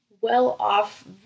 well-off